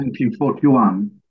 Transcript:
1941